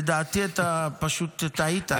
לדעתי אתה פשוט טעית.